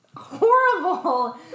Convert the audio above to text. horrible